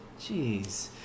Jeez